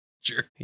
Sure